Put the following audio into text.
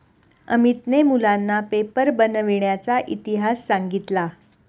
अमितने मुलांना पेपर बनविण्याचा इतिहास सांगितला